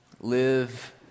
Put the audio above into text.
Live